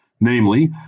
Namely